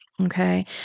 Okay